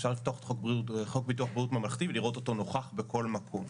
אפשר לפתוח את חוק ביטוח בריאות ממלכתי ולראות אותו נוכח בכל מקום,